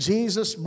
Jesus